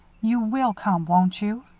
you will come, won't you?